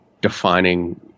defining